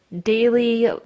daily